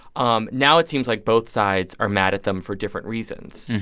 um now it seems like both sides are mad at them for different reasons.